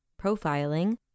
profiling